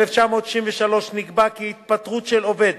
1963, נקבע כי התפטרות של עובד